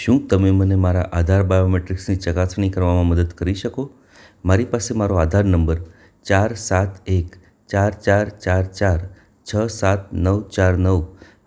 શું તમે મને મારા આધાર બાયોમેટ્રિક્સની ચકાસણી કરવામાં મદદ કરી શકો મારી પાસે મારો આધાર નંબર ચાર સાત એક ચાર ચાર ચાર ચાર છ સાત નવ ચાર નવ